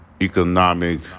economic